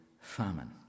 famine